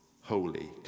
holy